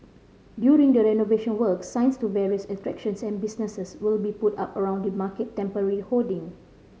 during the renovation works signs to various attractions and businesses will be put up around the market temporary hoarding